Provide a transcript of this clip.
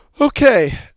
Okay